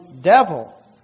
devil